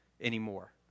anymore